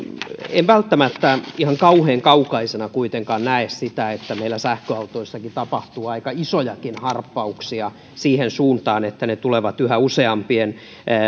en välttämättä ihan kauhean kaukaisena kuitenkaan näe sitä että meillä sähköautoissakin tapahtuu aika isojakin harppauksia siihen suuntaan että ne tulevat yhä useampien